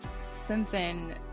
Simpson